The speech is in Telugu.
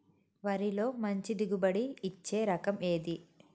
వరిలో మంచి దిగుబడి ఇచ్చే రకం ఏది?